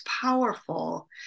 powerful